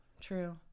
True